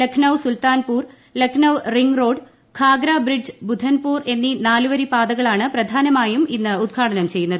Lucknow Sultanpur Lucknow ring road Khagra bridge Budhanpur എന്നീ നാലുവരിപാതകളാണ് പ്രധാനമായും ഇന്ന് ഉദ്ഘാടനം ചെയ്യുന്നത്